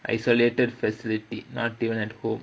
isolated facility not even at home